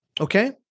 Okay